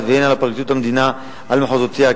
והן על פרקליטות המדינה על מחוזותיה.